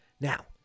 Now